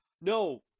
No